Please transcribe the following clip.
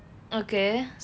okay